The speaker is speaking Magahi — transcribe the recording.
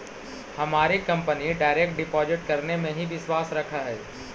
हमारी कंपनी डायरेक्ट डिपॉजिट करने में ही विश्वास रखअ हई